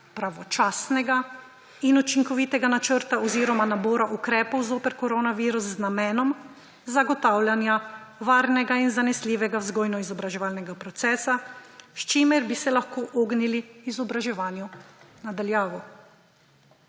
pravočasnega in učinkovitega načrta oziroma nabora ukrepov zoper koronavirus z namenom zagotavljanja varnega in zanesljivega vzgojno-izobraževalnega procesa, s čimer bi se lahko ognili izobraževanju na daljavo.